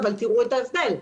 אבל תראו את ההבדל.